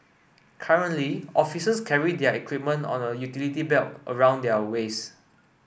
currently officers carry their equipment on a utility belt around their waists